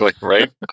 right